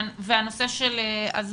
הנקודה הרביעית היא הנושא של הסברה.